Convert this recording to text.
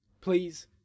please